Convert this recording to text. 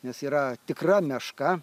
nes yra tikra meška